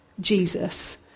Jesus